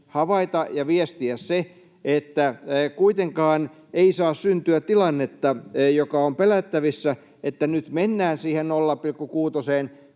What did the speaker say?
havaita ja viestiä se, että kuitenkaan ei saa syntyä tilannetta, joka on pelättävissä, että nyt mennään siihen 0,6:een: